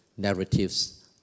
Narratives